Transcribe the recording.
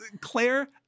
Claire